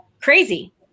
crazy